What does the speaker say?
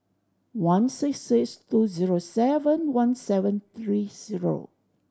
one six six two zero seven one seven three zero